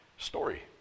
story